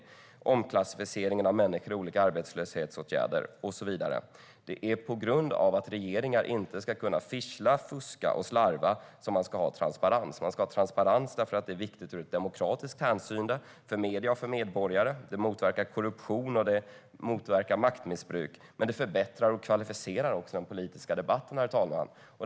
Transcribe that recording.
Det är omklassificering av människor i olika arbetslöshetsåtgärder och så vidare. Det är på grund av att regeringar inte ska kunna "fischla", fuska och slarva som man ska ha transparens. Man ska ha transparens därför att det är viktigt i demokratiskt hänseende, för medier och medborgare. Det motverkar korruption och maktmissbruk. Det förbättrar och kvalificerar också den politiska debatten, herr talman.